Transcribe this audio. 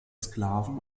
sklaven